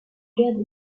guerre